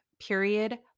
period